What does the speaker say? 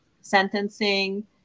sentencing